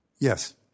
Yes